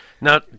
Now